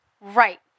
Right